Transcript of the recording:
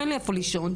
אין לי איפה לישון,